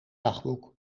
dagboek